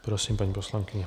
Prosím, paní poslankyně.